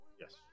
Yes